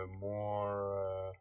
more